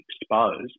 exposed